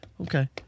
Okay